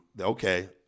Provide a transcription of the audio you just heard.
okay